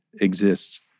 exists